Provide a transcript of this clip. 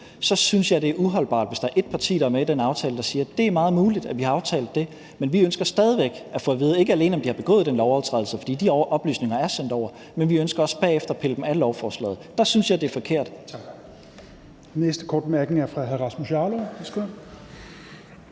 det er uholdbart, hvis der er ét parti, der er med i den aftale, som siger, at det er meget muligt, at vi har aftalt det, men at de stadig væk ønsker ikke alene at få at vide, om de personer har begået den lovovertrædelse – for de oplysninger er sendt over – men også bagefter at pille dem af lovforslaget. Det synes jeg er forkert. Kl. 18:35 Fjerde næstformand (Rasmus Helveg